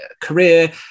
career